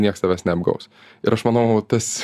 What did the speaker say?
nieks tavęs neapgaus ir aš manau tas